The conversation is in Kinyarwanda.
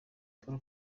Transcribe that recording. paul